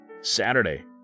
Saturday